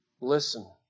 listen